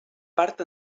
part